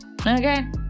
Okay